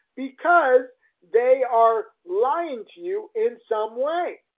because they are lying to you in some way.